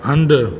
हंधु